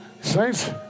saints